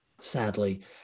Sadly